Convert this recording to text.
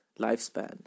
lifespan